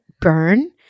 burn